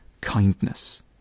kindness